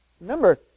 Remember